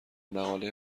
مقاله